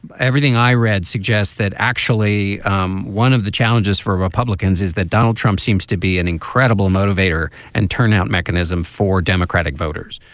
everything i read suggests that actually um one of the challenges for republicans is that donald trump seems to be an incredible motivator and turnout mechanism for democratic voters.